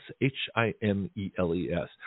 H-I-M-E-L-E-S